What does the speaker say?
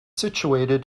situated